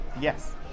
Yes